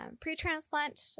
pre-transplant